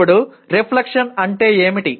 ఇప్పుడు రిఫ్లెక్షన్ అంటే ఏమిటి